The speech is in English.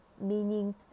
meaning